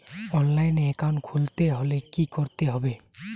অনলাইনে একাউন্ট খুলতে হলে কি করতে হবে?